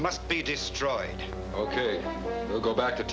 must be destroyed ok we'll go back to